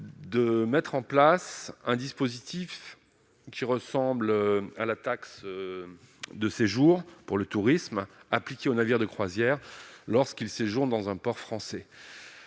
de mettre en place un dispositif qui ressemble à la taxe de séjour pour le tourisme appliquées aux navires de croisière lorsqu'il séjourne dans un port français,